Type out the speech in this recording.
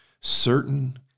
certain